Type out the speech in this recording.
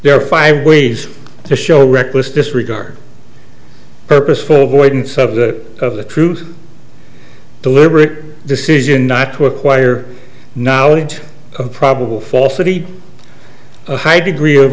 are five ways to show reckless disregard purposeful void in some of the of the truth deliberate decision not to acquire knowledge of probable falsity a high degree of